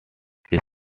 film